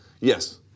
Yes